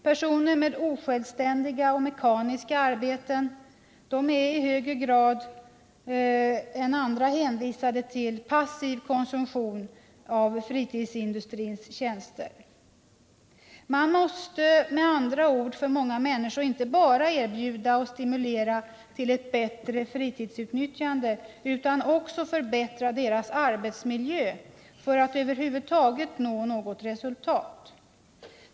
Personer med osjälvständiga och mekaniska arbeten är i högre grad än andra hänvisade till passiv konsumtion av fritidsindustrins tjänster. Man måste med andra ord när det gäller många människor inte bara erbjuda och stimulera till ett bättre fritidsutnyttjande utan också förbättra deras arbetsmiljö för att över huvud taget nå något resultat.